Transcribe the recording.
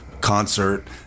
concert